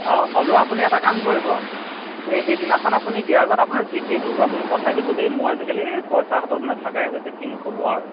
অঁ হ'লেও আপুনি এটা কাম কৰিব এই সেইদিনাখন আপুনি দিয়াৰ আগত আপোনাৰ জি পে'টো আপুনি পঠাই দিব দেই মই আজিকালি এই পইচা হাতত নেথাকাই হৈছে কিনো ক'ব আৰু